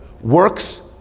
works